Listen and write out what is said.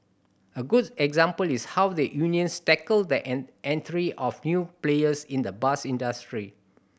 a good example is how the unions tackled the entry of new players in the bus industry